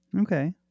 Okay